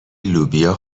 لوبیا